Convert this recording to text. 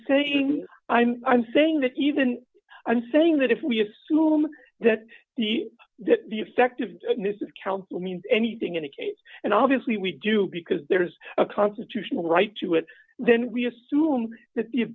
saying i'm i'm saying that even i'm saying that if we assume that the effect of the council means anything in a case and obviously we do because there's a constitutional right to it then we assume that